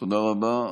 תודה רבה.